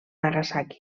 nagasaki